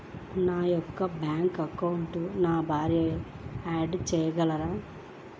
నా యొక్క బ్యాంక్ అకౌంట్కి నా భార్యని యాడ్ చేయగలరా?